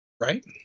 Right